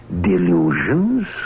delusions